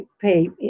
pay